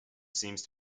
seems